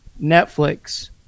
Netflix